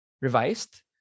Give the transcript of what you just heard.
Revised